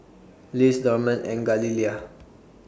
Liz Dorman and Galilea